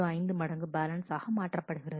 005 மடங்கு பேலன்ஸ் ஆக மாற்றப்படுகிறது